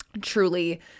truly